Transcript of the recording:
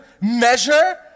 measure